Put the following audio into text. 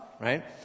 Right